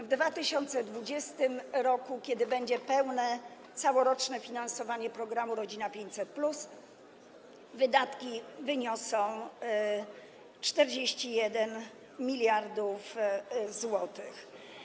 W 2020 r., kiedy będzie pełne całoroczne finansowanie programu „Rodzina 500+”, wydatki wyniosą 41 mld zł.